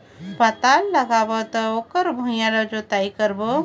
पातल लगाबो त ओकर भुईं ला जोतई करबो?